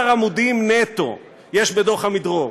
11 עמודים נטו יש בדוח עמידרור,